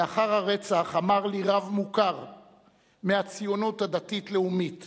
לאחר הרצח אמר לי רב מוכר מהציונות הדתית-לאומית